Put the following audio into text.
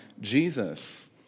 Jesus